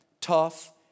tough